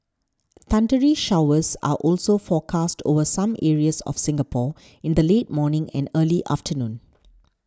thundery showers are also forecast over some areas of Singapore in the late morning and early afternoon